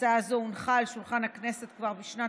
הצעה זו הונחה על שולחן הכנסת כבר בשנת